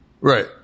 Right